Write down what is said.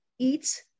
Eats